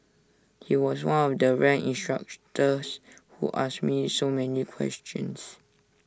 he was one of the rare instructors who asked me so many questions